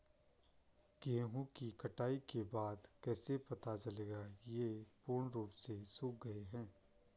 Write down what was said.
गेहूँ की कटाई के बाद कैसे पता चलेगा ये पूर्ण रूप से सूख गए हैं?